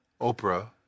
oprah